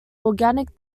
organic